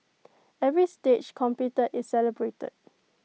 every stage completed is celebrated